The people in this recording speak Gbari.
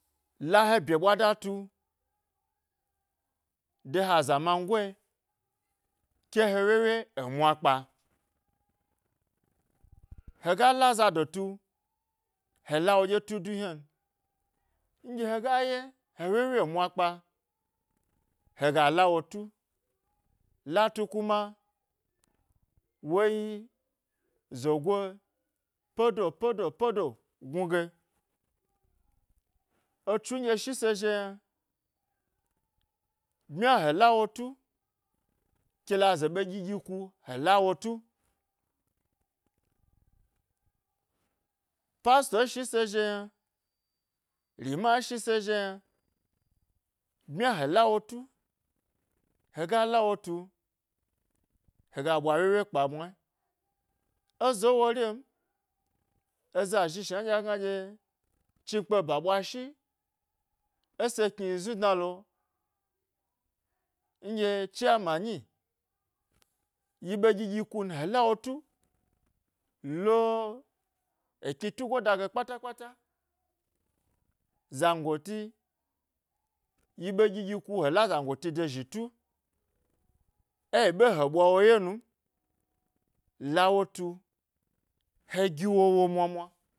La he bye ɓwa da tu, de ha zamangee ke ha wyewye, e mwa kpa, hega lazado tu, he lawo ɗye tu du ynan nɗye hega ye he wyewye e mwa kpa hega lawo tu, latu kuma woyi zogoe pedo pedo pedo, gnu ge, etsu nɗye shise zhi yna bmya he lawotu kela ze ɓe ɗyi ɗyi ku he lawo tu. Pastor wo shi se zhi yna, rima shi se zhi yna, bmya he lawotu, hega lawo tu hega ɓwa wyewye lopa mwayi, ezo worim eza zhi shnan ɗye a gna ɗye, chnikpe ba ɓwa shi ese kni znudnalo nɗye chairman nyi yi ɓe ɗyi ɗyi kun he lawotu lo ekni tugo ba ge kpata kpata, zangoti, yi ɓe ɗyi ɗyi ku he la zangoti do zhi tu eyi ɓe ke ɓwa ye nu lawotu, he giwo, wo mwa mwa